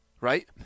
right